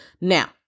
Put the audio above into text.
Now